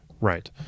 Right